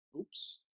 Oops